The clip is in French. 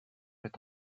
est